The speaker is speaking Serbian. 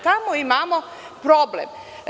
Tamo imamo problem.